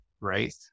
right